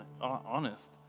honest